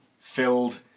filled